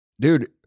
Dude